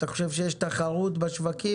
אתה חושב שיש תחרות בשווקים?